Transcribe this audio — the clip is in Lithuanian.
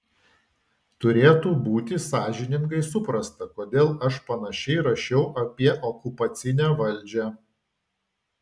turėtų būti sąžiningai suprasta kodėl aš panašiai rašiau apie okupacinę valdžią